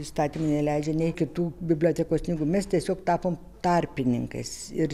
įstatymai neleidžia nei kitų bibliotekos knygų mes tiesiog tapom tarpininkais ir